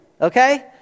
okay